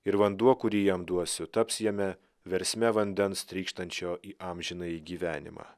ir vanduo kurį jam duosiu taps jame versme vandens trykštančio į amžinąjį gyvenimą